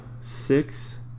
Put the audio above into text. six